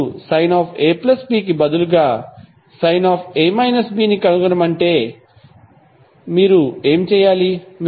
ఇప్పుడు sin AB కి బదులుగా sin ను కనుగొనమని అడిగితే మీరు ఏమి చేయాలి